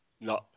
No